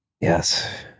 Yes